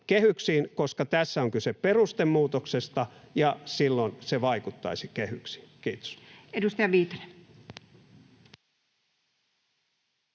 koska tässä on kyse perustemuutoksesta, ja silloin se vaikuttaisi kehyksiin. — Kiitos. [Speech